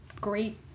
great